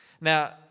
Now